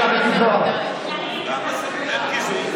שנייה אחת.